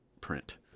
print